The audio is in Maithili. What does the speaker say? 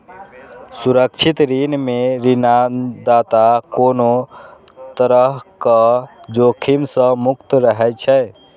सुरक्षित ऋण मे ऋणदाता कोनो तरहक जोखिम सं मुक्त रहै छै